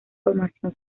formación